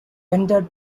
entered